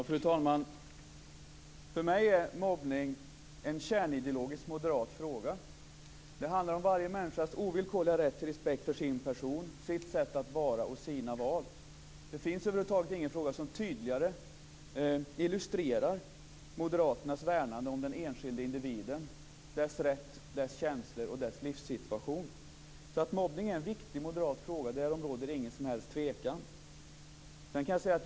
Fru talman! För mig är mobbning en kärnideologisk moderat fråga. Det handlar om varje människas ovillkorliga rätt till respekt för sin person, sitt sätt att vara och sina val. Det finns över huvud taget ingen fråga som tydligare illustrerar moderaternas värnande om den enskilde individen, dess rätt, dess känslor och dess livssituation. Det råder inget som helst tvivel om att mobbning är en viktig moderat fråga.